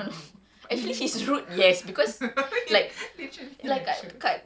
ya actually dekat and I kind of roughly know macam tempat dia lepak